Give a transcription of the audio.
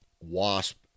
wasp